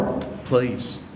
Please